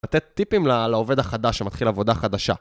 לתת טיפים לעובד החדש שמתחיל עבודה חדשה.